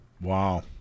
Wow